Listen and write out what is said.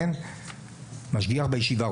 משגיח בישיבה,